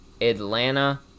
atlanta